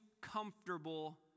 comfortable